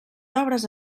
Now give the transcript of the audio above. obres